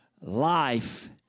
Life